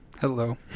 hello